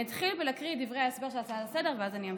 אני אתחיל בלהקריא את דברי ההסבר של ההצעה לסדר-היום ואז אני אמשיך.